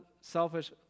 selfish